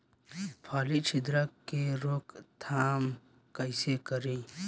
फली छिद्रक के रोकथाम कईसे करी?